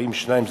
באים שניים,